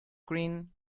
green